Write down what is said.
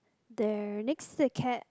there next to the cat